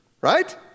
right